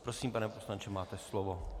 Prosím, pane poslanče, máte slovo.